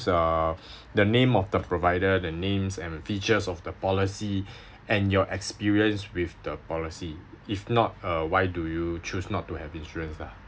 uh the name of the provider the names and features of the policy and your experience with the policy if not uh why do you choose not to have insurance lah